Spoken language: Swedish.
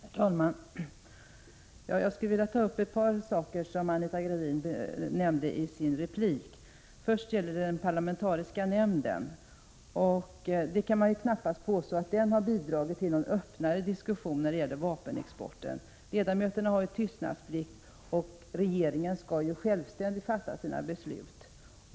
Herr talman! Jag skulle vilja ta upp ett par saker som Anita Gradin nämnde i sitt inlägg. Först gällde det den parlamentariska nämnden. Man kan knappast påstå att den har bidragit till någon öppnare diskussion när det gäller vapenexporten. Ledamöterna har tystnadsplikt, och regeringen skall ju självständigt fatta beslut.